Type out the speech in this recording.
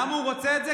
למה הוא רוצה את זה?